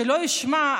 שלא ישמע,